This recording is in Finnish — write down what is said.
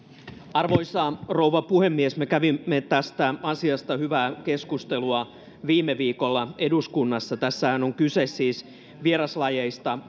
arvoisa rouva puhemies me kävimme tästä asiasta hyvää keskustelua viime viikolla eduskunnassa tässähän on kyse siis vieraslajeista